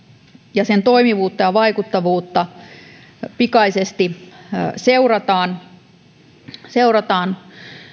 ja sitä koskevan säännöksen toimivuutta ja vaikuttavuutta pikaisesti seurataan seurataan